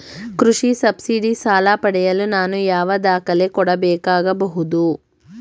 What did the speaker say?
ಕೃಷಿ ಸಬ್ಸಿಡಿ ಸಾಲ ಪಡೆಯಲು ನಾನು ಯಾವ ದಾಖಲೆ ಕೊಡಬೇಕಾಗಬಹುದು?